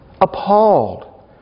Appalled